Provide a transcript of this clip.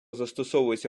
застосовується